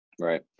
Right